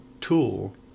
tool